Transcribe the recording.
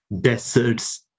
deserts